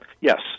Yes